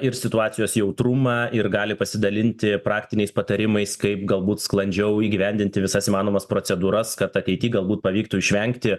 ir situacijos jautrumą ir gali pasidalinti praktiniais patarimais kaip galbūt sklandžiau įgyvendinti visas įmanomas procedūras kad ateity galbūt pavyktų išvengti